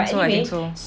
I think so I think so